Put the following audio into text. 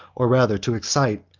or rather to excite,